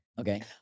okay